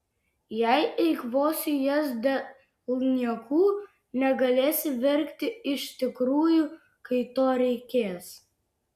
jei eikvosi jas dėl niekų negalėsi verkti iš tikrųjų kai to reikės